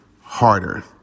Harder